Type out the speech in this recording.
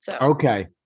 Okay